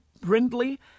Brindley